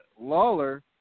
Lawler